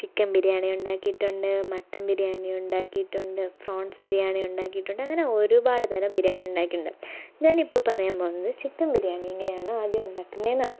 chicken biryani ഉണ്ടാക്കിയിട്ടുണ്ട് mutton biryani ഉണ്ടാക്കിയിട്ടുണ്ട് prawns biryani ഉണ്ടാക്കിയിട്ടുണ്ട് അങ്ങനെ ഒരുപാട് തരം ബിരിയാണി ഉണ്ടാക്കിയിട്ടുണ്ട് ഞാൻ ഇപ്പം പറയാൻ പോകുന്നത് ചിക്കൻ ബിരിയാണി എങ്ങനെയാണ് ആദ്യം ഉണ്ടാക്കുന്നതെന്നാണ്